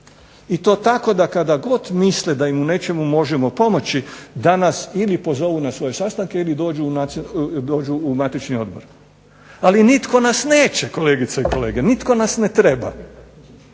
i to tako da kada god misle da im u nečemu možemo pomoći da nas ili pozovu na svoje sastanke ili dođu u matični odbor. Ali nitko nas neće, kolegice i kolege. Nitko nas ne treba.